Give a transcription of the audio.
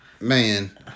Man